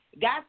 got